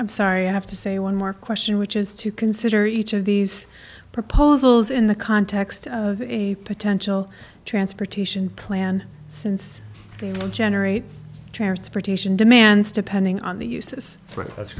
i'm sorry i have to say one more question which is to consider each of these proposals in the context of a potential transportation plan since generate transportation demands depending on the uses for it that's